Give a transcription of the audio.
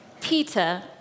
Peter